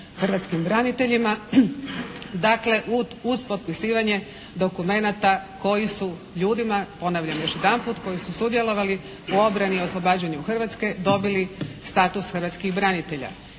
hrvatskim braniteljima dakle uz potpisivanje dokumenata koji su ljudima ponavljam još jedanput koji su sudjelovali u obrani i oslobađanju Hrvatske dobili status hrvatskih branitelja.